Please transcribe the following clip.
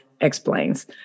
Explains